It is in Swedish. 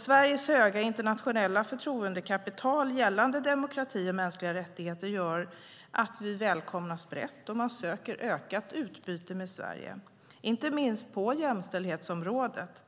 Sveriges höga internationella förtroendekapital gällande demokrati och mänskliga rättigheter gör att vi välkomnas brett, och man söker ökat utbyte med Sverige. Det gäller inte minst på jämställdhetsområdet.